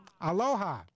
Aloha